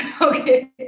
Okay